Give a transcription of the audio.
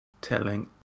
telling